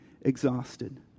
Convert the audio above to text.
exhausted